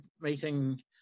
meeting